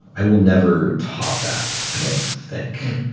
i will never top that, i don't think.